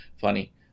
funny